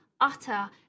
utter